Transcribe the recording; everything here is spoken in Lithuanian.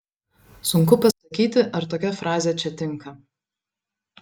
sunku pasakyti ar tokia frazė čia tinka